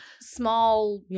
small